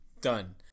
done